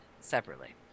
separately